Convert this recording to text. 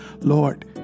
Lord